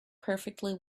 perfectly